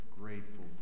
grateful